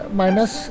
minus